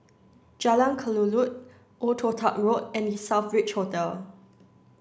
Jalan Kelulut Old Toh Tuck Road and The Southbridge Hotel